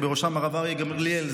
ובראשם הרב אריה גמליאל,